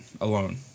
alone